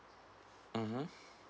mmhmm